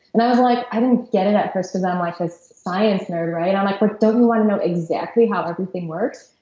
and i was like, i didn't get it at first cause i'm like this science nerd right? i'm like, but don't you want to know exactly how everything works?